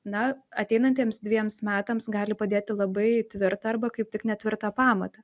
na ateinantiems dviems metams gali padėti labai tvirtą arba kaip tik netvirtą pamatą